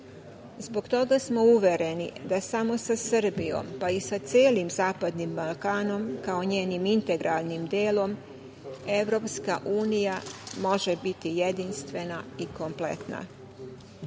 toga smo uvereni da samo sa Srbijom, pa i sa celim zapadnim Balkanom kao njenim integralnim delom EU može biti jedinstvena i kompletna. Vrlo